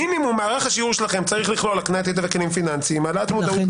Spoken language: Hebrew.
מינימום מערך השיעור שלכם צריך לכלול הקנית ידע וכלים פיננסיים וכו'.